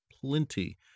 plenty